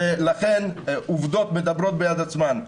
ולכן עובדות מדברות בעד עצמן.